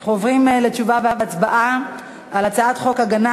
אנחנו עוברים לתשובה והצבעה על הצעת חוק הגנה